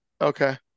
Okay